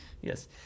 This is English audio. Yes